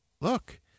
look